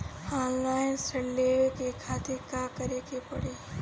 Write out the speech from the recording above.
Online ऋण लेवे के खातिर का करे के पड़ी?